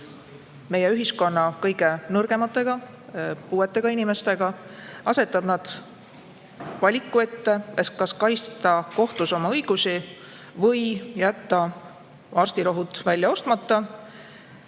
meie ühiskonna kõige nõrgemad, näiteks puuetega inimesed, valiku ette, kas kaitsta kohtus oma õigusi või jätta arstirohud välja ostmata